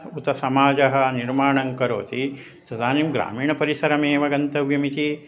उत समाजः निर्माणं करोति तदानीं ग्रामीणपरिसरमेव गन्तव्यमिति